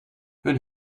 hun